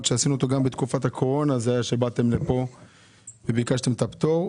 זה היה בתקופת הקורונה שבאתם לפה וביקשתם את הפטור.